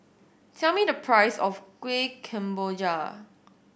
tell me the price of Kueh Kemboja